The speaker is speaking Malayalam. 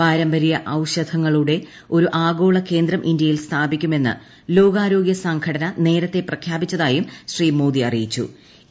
പാരമ്പര്യ ഔഷധങ്ങളുടെ ഒരു ആഗോളകേന്ദ്രം ഇന്ത്യയിൽ സ്ഥാപിക്കുമെന്ന് ലോകാരോഗൃസംഘടന ഭ്യനേരത്തെ പ്രഖ്യാപിച്ചതായും ശ്രീ മോദി അറിയിച്ചു്